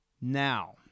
Now